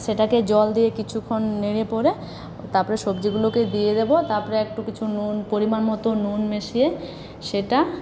সেটাকে জল দিয়ে কিছুক্ষণ নেড়ে পরে তারপরে সবজিগুলোকে দিয়ে দেবো তারপরে একটু কিছু নুন পরিমাণ মতো নুন মিশিয়ে সেটা